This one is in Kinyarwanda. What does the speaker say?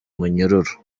munyururu